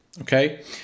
Okay